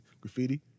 graffiti